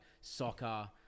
soccer